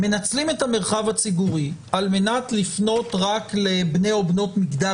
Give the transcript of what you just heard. מנצלים את המרחב הציבורי על מנת לפנות רק לבני או בנות מגדר